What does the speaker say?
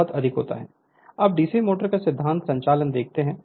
Refer Slide Time 2708 अब DC motor का सिद्धांत संचालन देखते हैं